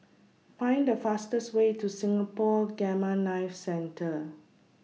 Find The fastest Way to Singapore Gamma Knife Centre